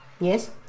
Yes